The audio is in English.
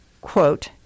quote